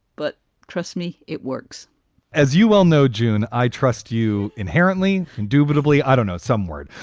but trust me, it works as you well know, june, i trust you inherently. indubitably, i don't know some word.